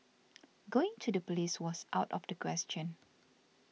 going to the police was out of the question